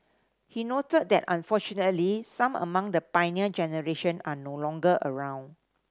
he noted that unfortunately some among the Pioneer Generation are no longer around